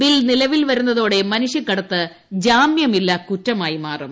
bill നിലവിൽ വരുന്നതോടെ മ്നുഷ്യക്കടത്ത് ജാമ്യമില്ലാ കുറ്റമായി മാറും